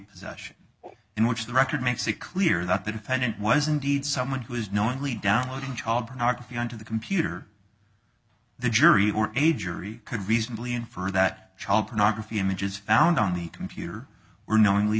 possession in which the record makes it clear that the defendant was indeed someone who was knowingly downloading child pornography onto the computer the jury or a jury could reasonably infer that child pornography images found on the computer were knowingly